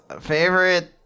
favorite